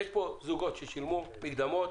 יש פה זוגות ששילמו מקדמות.